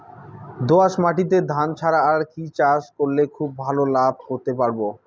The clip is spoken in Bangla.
দোয়াস মাটিতে ধান ছাড়া আর কি চাষ করলে খুব ভাল লাভ করতে পারব?